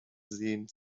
seen